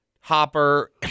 Hopper